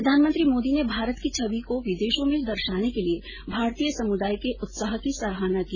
प्रधानमंत्री मोदी ने भारत की छवि को विदेशों में दर्शाने के लिए भारतीय समुदाय के उत्साह की सराहना की